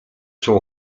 się